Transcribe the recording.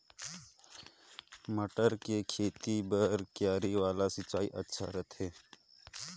मटर के खेती बर क्यारी वाला सिंचाई अच्छा रथे?